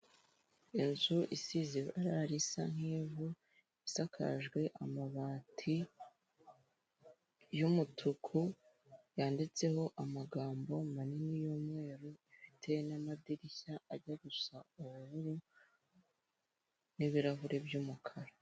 Inzu isize ibara risa nk'ivu, isakajwe amabati y'umutuku, yanditseho amagambo manini y'umweru, ifite n'amadirishya ajya gusa ubururu n'ibirahure by'umukara.